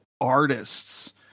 artists